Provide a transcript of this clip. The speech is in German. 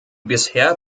bisher